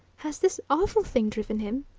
has this awful thing driven him.